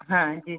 हाँ जी